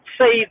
say